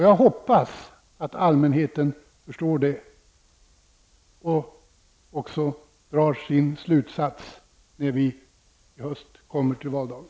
Jag hoppas att allmänheten förstår det och drar sin slutsats, när vi i höst kommer till valdagen.